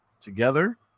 together